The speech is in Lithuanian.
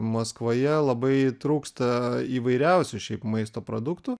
maskvoje labai trūksta įvairiausių šiaip maisto produktų